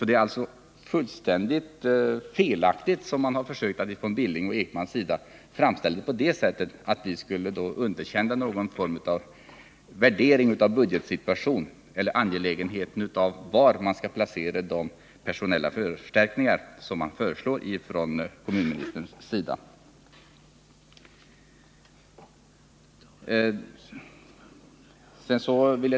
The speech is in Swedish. Det är alltså fullständigt felaktigt att som Knut Billing och Kerstin Ekman gör framställa saken så att vi skulle underkänna den bedömning av budgetsituationen som gjorts eller undervärdera vikten av att man överväger var de personella förstärkningar som kommunministern föreslår skall göras.